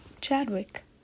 Chadwick